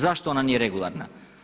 Zašto ona nije regularna?